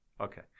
Okay